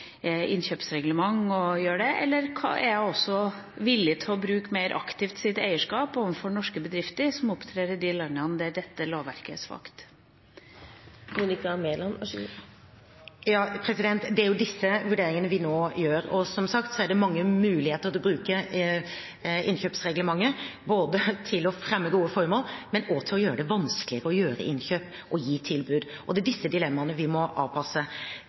innkjøpsreglement, eller er hun villig til å bruke sitt eierskap mer aktivt overfor norske bedrifter som opptrer i de landene der dette lovverket er svakt? Det er disse vurderingene vi nå foretar, og som sagt er det mange muligheter til å bruke innkjøpsreglementet – både til å fremme gode formål og til å gjøre det vanskeligere å gjøre innkjøp og gi tilbud. Det er disse dilemmaene vi må avpasse.